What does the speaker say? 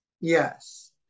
yes